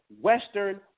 Western